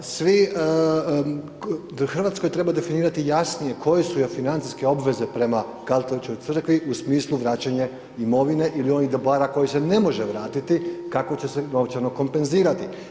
Svi, Hrvatskoj treba definirati jasnije koje su joj financijske obveze prema Katoličkoj crkvi u smislu vraćanje imovine ili onih dobara koji se ne može vratiti, kako će se novčano kompenzirati.